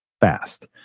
fast